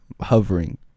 hovering